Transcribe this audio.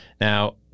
Now